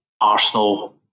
Arsenal